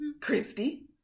Christy